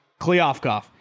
Klyovkov